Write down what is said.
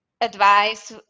advice